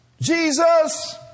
Jesus